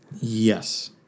Yes